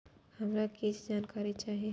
हमरा कीछ जानकारी चाही